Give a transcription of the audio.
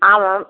ஆ ma'am